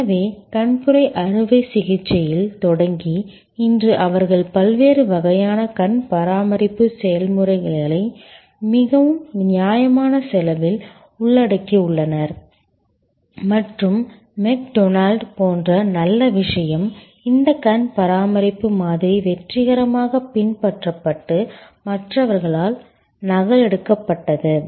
எனவே கண்புரை அறுவைசிகிச்சையில் தொடங்கி இன்று அவர்கள் பல்வேறு வகையான கண் பராமரிப்பு செயல்முறைகளை மிகவும் நியாயமான செலவில் உள்ளடக்கியுள்ளனர் மற்றும் மெக்டொனால்டு போன்ற நல்ல விஷயம் இந்த கண் பராமரிப்பு மாதிரி வெற்றிகரமாக பின்பற்றப்பட்டு மற்றவர்களால் நகலெடுக்கப்பட்டது